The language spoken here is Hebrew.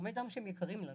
תורמי דם שהם יקרים לנו